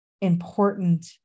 important